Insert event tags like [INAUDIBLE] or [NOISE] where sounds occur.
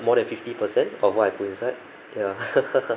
more than fifty percent of what I put inside ya [LAUGHS]